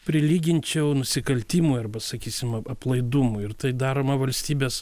prilyginčiau nusikaltimui arba sakysim ap aplaidumui ir tai daroma valstybės